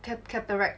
cataract